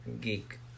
geek